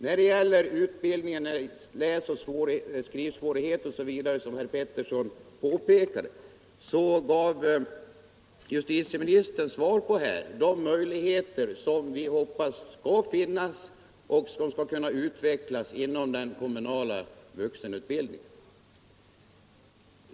När det gäller utbildning, läsoch skrivsvårigheter osv. som herr Pettersson i Västerås pekade på gav justitieministern besked om de möjligheter vi hoppas skall finnas och utvecklas inom den kommunala vuxenutbildningen.